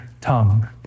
tongue